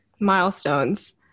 milestones